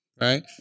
right